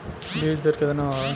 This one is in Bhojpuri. बीज दर केतना वा?